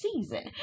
season